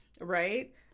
Right